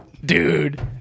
Dude